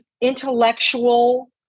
intellectual